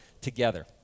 together